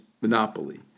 monopoly